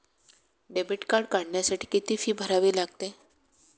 Debit card काढण्यासाठी किती fee भरावी लागते?